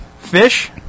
Fish